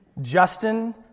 Justin